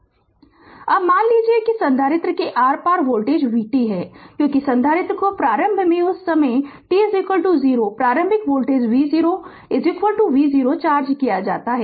Refer Slide Time 0518 अब मान लीजिए कि संधारित्र के आर पार वोल्टेज vt है क्योंकि संधारित्र को प्रारंभ में उस समय t0 प्रारंभिक वोल्टेज v0 v0 चार्ज किया जाता है